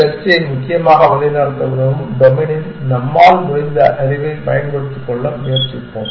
செர்ச்சை முக்கியமாக வழிநடத்த உதவும் டொமைனின் நம்மால் முடிந்த அறிவைப் பயன்படுத்திக்கொள்ள முயற்சிப்போம்